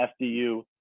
FDU